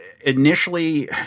initially